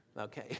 Okay